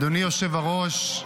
אדוני היושב-ראש,